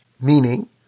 Meaning